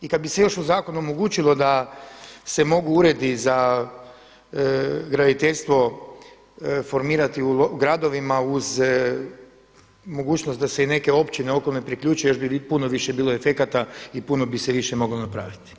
I kada bi se još u zakonu omogućilo da se mogu uredi za graditeljstvo formirati u gradovima uz mogućnost da se i neke općine okolne priključe još bi puno više bilo efekata i puno bi se više moglo napraviti.